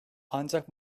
ancak